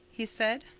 he said.